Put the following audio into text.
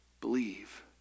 Believe